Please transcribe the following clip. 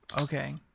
Okay